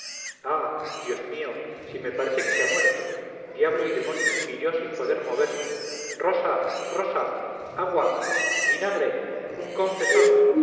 ah dios mío si me parece que se ha muerto diablo y demonio y yo sin poder moverme rosa rosa agua vinagre un confesor